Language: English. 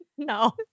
No